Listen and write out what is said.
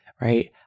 right